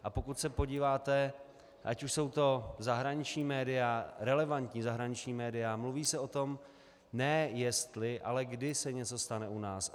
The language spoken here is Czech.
A pokud se podíváte, ať už jsou to zahraniční média, relevantní zahraniční média, mluví se o tom ne jestli, ale kdy se něco stane u nás.